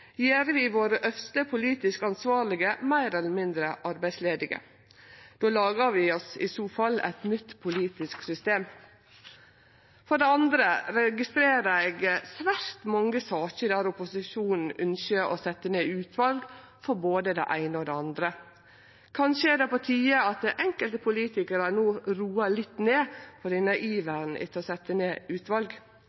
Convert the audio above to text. gjer vi våre øvste politisk ansvarlege meir eller mindre arbeidslause. Då lagar vi oss i so fall eit nytt politisk system. For det andre registrerer eg svært mange saker der opposisjonen ønskjer å setje ned utval for både det eine og det andre. Kanskje er det på tide at enkelte politikarar no roar litt ned på denne